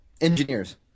engineers